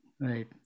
Right